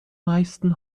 meisten